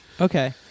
Okay